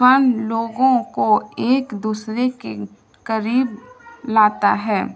ف لوگوں کو ایک دوسرے کے قریب لاتا ہے